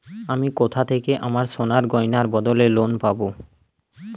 আমি কোথা থেকে আমার সোনার গয়নার বদলে লোন পাবো?